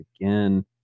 again